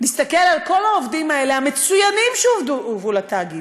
נסתכל על כל העובדים האלה המצוינים שהובאו לתאגיד,